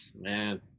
man